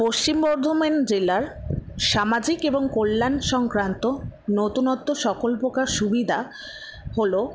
পশ্চিম বর্ধমেন জেলার সামাজিক এবং কল্যাণ সংক্রান্ত নতুনত্ব সকল প্রকার সুবিধা হল